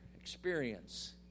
experience